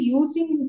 using